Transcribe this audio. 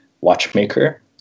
watchmaker